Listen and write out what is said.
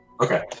Okay